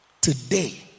Today